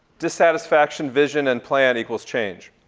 dissatisfaction, vision, and plan equals change.